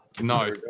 No